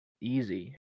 easy